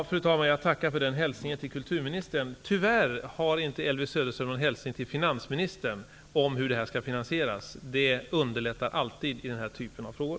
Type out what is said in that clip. Fru talman! Jag tackar för hälsningen till kulturministern. Tyvärr har inte Elvy Söderström någon hälsning till finansministern om hur förslaget skall finansieras. Att också anvisa hur finansieringen skall gå till underlättar alltid i den här typen av frågor.